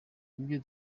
ibyo